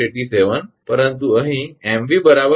87 પરંતુ અહીં 𝑚𝑣 0